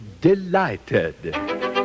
Delighted